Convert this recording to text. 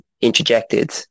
interjected